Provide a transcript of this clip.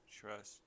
trust